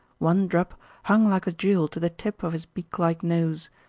one drop hung like a jewel to the tip of his beaklike nose.